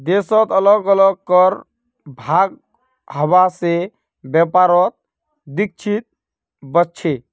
देशत अलग अलग कर भाव हवा से व्यापारत दिक्कत वस्छे